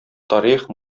тарих